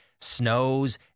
snows